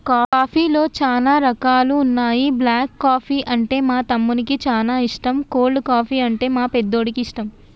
కాఫీలో చానా రకాలున్న బ్లాక్ కాఫీ అంటే మా తమ్మునికి చానా ఇష్టం, కోల్డ్ కాఫీ, అంటే మా పెద్దోడికి ఇష్టం